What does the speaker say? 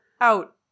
out